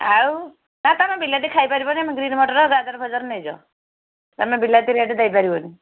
ଆଉ ନା ତୁମେ ବିଲାତି ଖାଇ ପାରିବ ନି ଗ୍ରୀନ୍ ମଟର ଗାଜର ଫାଜର ନେଇଯାଅ ତୁମେ ବିଲାତି ରେଟ୍ ଦେଇପାରିବ ନି